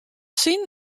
sin